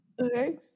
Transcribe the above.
Okay